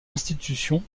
institution